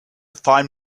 find